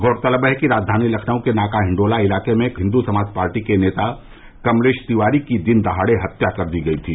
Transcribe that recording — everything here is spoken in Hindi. गौरतलब है कि राजधानी लखनऊ के नाका हिण्डोला इलाके में हिन्दू समाज पार्टी के नेता कमलेश तिवारी की दिन दहाड़े हत्या कर दी गयी थी